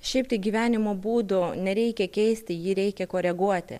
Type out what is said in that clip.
šiaip tai gyvenimo būdo nereikia keisti jį reikia koreguoti